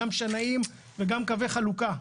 גם שנאים וגם קווי חלוקה,